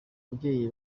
ababyeyi